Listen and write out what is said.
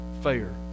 fair